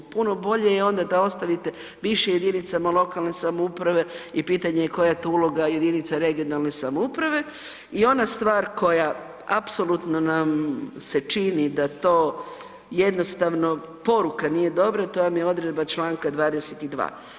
Puno bolje je onda da ostavite više jedinicama lokalne samouprave i pitanje je koja je tu uloga jedinica regionalne samouprave i ona stvar koja apsolutno nam se čini da to jednostavno poruka nije dobra, to vam je odredba čl. 22.